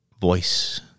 voice